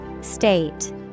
State